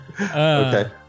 Okay